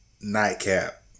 nightcap